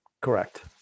correct